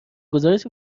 گزارش